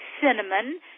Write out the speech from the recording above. cinnamon